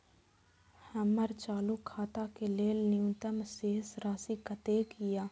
हमर चालू खाता के लेल न्यूनतम शेष राशि कतेक या?